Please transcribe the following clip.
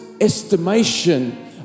estimation